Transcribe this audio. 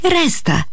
resta